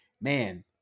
man